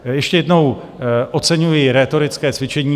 Ještě jednou, oceňuji rétorické cvičení.